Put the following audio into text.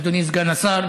אדוני סגן השר,